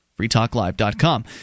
freetalklive.com